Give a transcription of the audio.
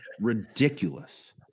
ridiculous